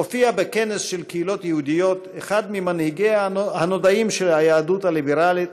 הופיע בכנס של קהילות יהודיות אחד ממנהיגיה הנודעים של היהדות הליברלית,